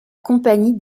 compagnie